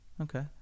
okay